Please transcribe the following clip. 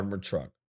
truck